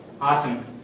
Awesome